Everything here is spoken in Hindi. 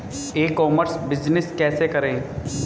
ई कॉमर्स बिजनेस कैसे करें?